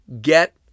Get